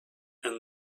and